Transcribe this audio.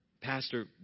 Pastor